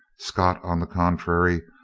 scott, on the contrary,